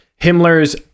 Himmler's